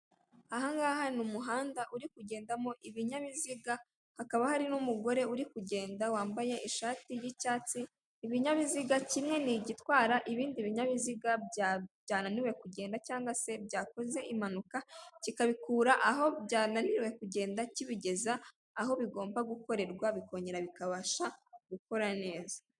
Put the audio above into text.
Aha ngaha ni umuhanda uri kugendamo ibinyabiziga, hakaba hari n'umugore uri kugenda wambaye ishati y'icyatsi, ibinyabiziga, kimwe ni igitwara ibindi binyabiziga byananiwe kugenda cyangwa se byakoze impanuka, kikabikura aho byananiriwe kugenda kibigeza aho bigomba gukorerwa, bikongera bikabasha gukora neza.